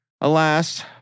Alas